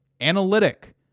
Analytic